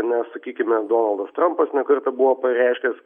nes sakykime donaldas trampas ne kartą buvo pareiškęs